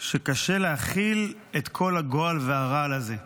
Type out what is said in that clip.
שקשה להכיל את כל הגועל והרעל הזה.